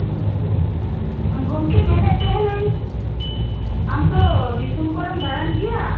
ᱜᱚᱝᱠᱮ ᱢᱮᱱᱮᱫ ᱛᱟᱦᱮᱸᱱᱟᱹᱧ ᱟᱢ ᱛᱚ ᱫᱤᱥᱚᱢ ᱠᱚᱨᱮᱢ ᱫᱟᱬᱟᱱ ᱜᱮᱭᱟ